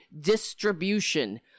distribution